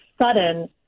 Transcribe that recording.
sudden